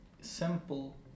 simple